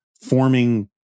forming